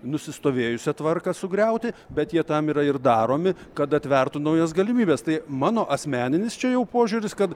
nusistovėjusią tvarką sugriauti bet jie tam yra ir daromi kad atvertų naujas galimybes tai mano asmeninis čia jau požiūris kad